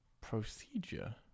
procedure